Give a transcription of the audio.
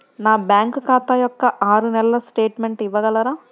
నా బ్యాంకు ఖాతా యొక్క ఆరు నెలల స్టేట్మెంట్ ఇవ్వగలరా?